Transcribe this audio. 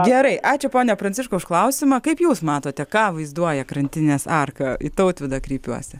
gerai ačiū pone pranciškau už klausimą kaip jūs matote ką vaizduoja krantinės arka į tautvydą kreipiuosi